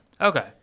okay